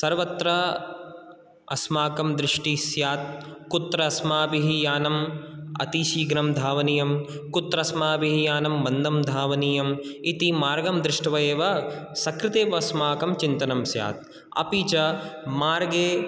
सर्वत्र अस्माकं दृष्टिस्स्यात् कुत्र अस्माभिः यानं अतिशीघ्रं धावनीयं कुत्र अस्माभिः यानं मन्दं धावनीयं इति मार्गं दृष्ट्वा एव सकृतेव अस्माकं चिन्तनं स्यात् अपि च मार्गे